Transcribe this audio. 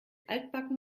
altbacken